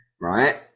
right